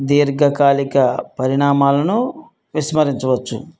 దీర్ఘకాలిక పరిణామాలను విస్మరించవచ్చు